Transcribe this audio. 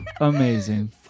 amazing